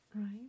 right